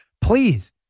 Please